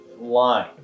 line